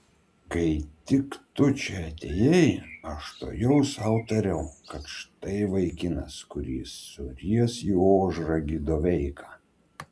kai tik tu čia atėjai aš tuojau sau tariau kad štai vaikinas kurs suries į ožragį doveiką